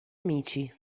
amici